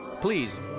Please